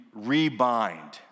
rebind